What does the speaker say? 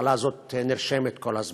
המחלה הזאת נרשמת כל הזמן.